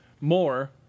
more